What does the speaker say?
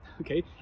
okay